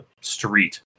street